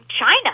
China